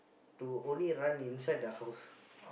to only run inside the house